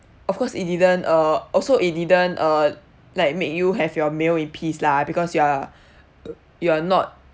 of course it didn't uh also it didn't uh like make you have your meal in peace lah because you're you're not